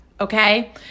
okay